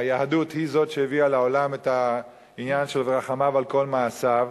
היהדות היא זו שהביאה לעולם את העניין של "ורחמיו על כל מעשיו",